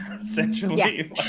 essentially